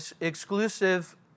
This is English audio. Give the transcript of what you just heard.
exclusive